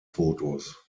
fotos